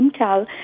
Intel